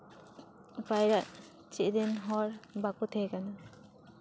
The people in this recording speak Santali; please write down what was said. ᱯᱟᱭᱨᱟᱜ ᱪᱮᱫ ᱨᱮᱱ ᱦᱚᱲ ᱵᱟᱠᱚ ᱛᱟᱦᱮ ᱠᱟᱱᱟ